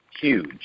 huge